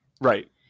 Right